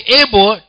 able